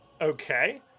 Okay